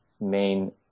main